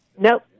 nope